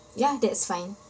ya that's fine